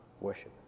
worship